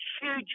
huge